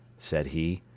said he,